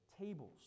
tables